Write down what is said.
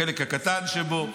החלק הקטן שבו,